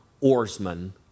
oarsman